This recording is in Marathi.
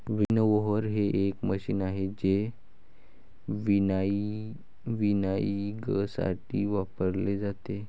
विनओव्हर हे एक मशीन आहे जे विनॉयइंगसाठी वापरले जाते